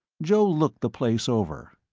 joe looked the place over.